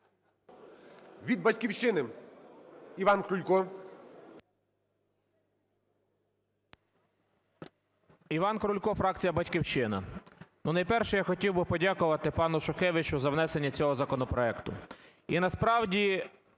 Від "Батьківщини" Іван Крулько.